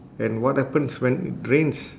and what happens when it rains